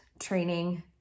training